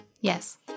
Yes